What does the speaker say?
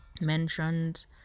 mentioned